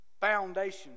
foundation